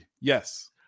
Yes